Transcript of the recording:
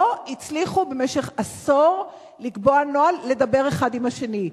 לא הצליחו במשך עשור לקבוע נוהל לדבר אחד עם השני.